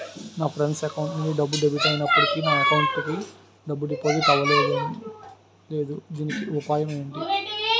నా friend account నుండి డబ్బు డెబిట్ అయినప్పటికీ నా అకౌంట్ కి డబ్బు డిపాజిట్ అవ్వలేదుదీనికి ఉపాయం ఎంటి?